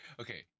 Okay